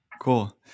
cool